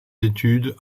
études